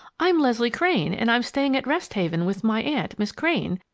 i'm leslie crane, and i'm staying at rest haven with my aunt, miss crane,